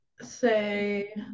say